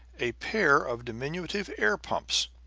a pair of diminutive air-pumps.